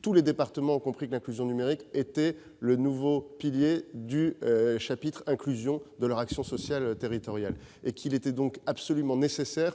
tous les départements ont compris que l'inclusion numérique était le nouveau pilier du chapitre concernant l'action sociale territoriale et qu'il était absolument nécessaire